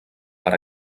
per